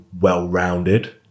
well-rounded